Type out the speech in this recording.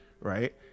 right